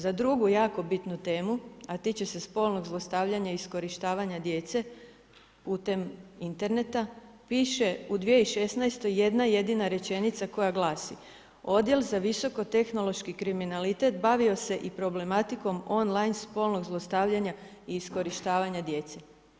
Za drugu jako bitnu temu a tiče se spolnog zlostavljanja i iskorištavanja djece putem interneta piše u 2016. jedna jedina rečenica koja glasi: „Odjel za visoko tehnološki kriminalitet bavio se i problematikom on line spolnog zlostavljanja i iskorištavanja djece“